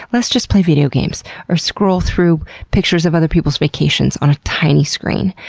let's just play video games or scroll through pictures of other peoples' vacations on a tiny screen.